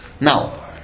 Now